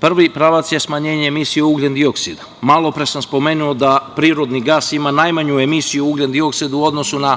Prvi pravac je smanjenje emisije ugljendioksida. Malopre sam spomenuo da prirodni gas ima najmanju emisiju ugljendioksida u odnosu na